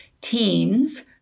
teams